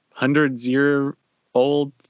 hundreds-year-old